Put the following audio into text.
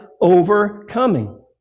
overcoming